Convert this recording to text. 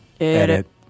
edit